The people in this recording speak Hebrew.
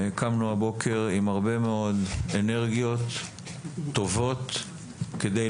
קמנו הבוקר עם הרבה מאוד אנרגיות טובות כדי